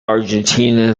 argentina